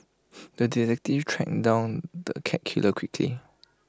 the detective train down the cat killer quickly